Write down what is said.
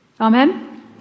Amen